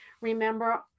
remember